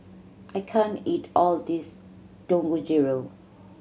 I can't eat all of this Dangojiru